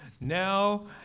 Now